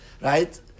Right